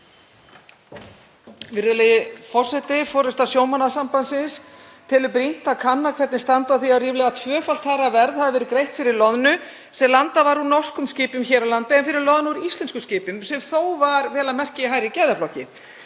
Virðulegi forseti. Forusta Sjómannasambandsins telur brýnt að kanna hvernig standi á því að ríflega tvöfalt hærra verð hafi verið greitt fyrir loðnu sem landað var úr norskum skipum hér á landi en fyrir loðnu úr íslenskum skipum sem þó var vel að merkja í hærri gæðaflokki.